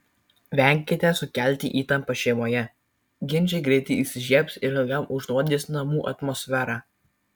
venkite sukelti įtampą šeimoje ginčai greitai įsižiebs ir ilgam užnuodys namų atmosferą